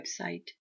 website